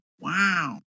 Wow